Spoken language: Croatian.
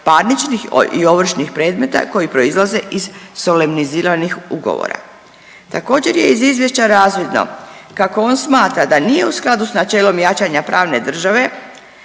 parničnih i ovršnih predmeta koji proizlaze iz solemniziranih ugovora. Također je iz izvješća razvidno kako on smatra da nije u skladu s načelom jačanja pravne države